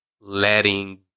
letting